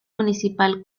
municipal